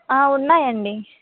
ఉన్నాయి అండి